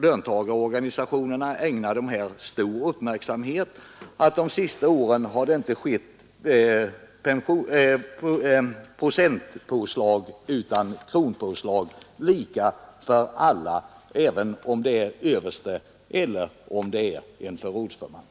Löntagarorganisationerna ägnar dem stor uppmärksamhet. De senaste åren har det för övrigt inte gjorts några procentpåslag utan kronpåslag, lika för alla, vare sig man är överste eller förrådsman.